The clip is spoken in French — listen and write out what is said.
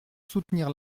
soutenir